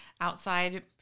outside